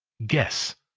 guess!